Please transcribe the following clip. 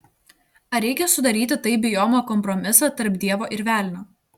ar reikia sudaryti taip bijomą kompromisą tarp dievo ir velnio